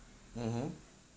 mmhmm